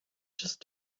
just